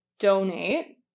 donate